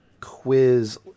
quiz